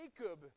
Jacob